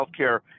Healthcare